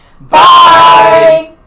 Bye